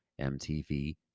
MTV